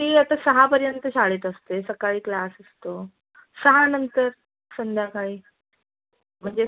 ती आता सहापर्यंत शाळेत असते सकाळी क्लास असतो सहानंतर संध्याकाळी म्हणजे